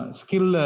skill